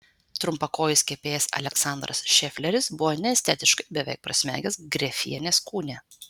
trumpakojis kepėjas aleksandras šefleris buvo neestetiškai beveik prasmegęs grefienės kūne